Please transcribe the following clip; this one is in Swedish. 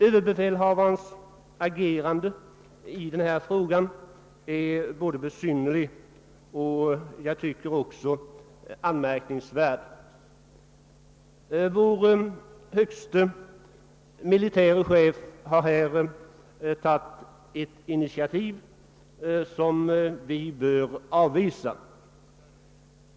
Överbefälhavarens agerande i denna fråga är både besynnerligt och anmärk ningsvärt. Vår högste militäre chef har här tagit ett initiativ som vi bör avvisa.